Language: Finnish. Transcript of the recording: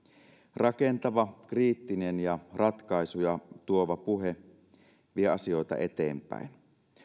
rakentava kriittinen ja ratkaisuja tuova puhe vie asioita eteenpäin